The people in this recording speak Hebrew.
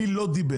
מי לא דיבר?